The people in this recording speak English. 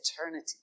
eternity